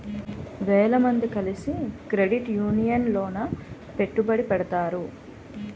వేల మంది కలిసి క్రెడిట్ యూనియన్ లోన పెట్టుబడిని పెడతారు